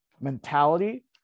mentality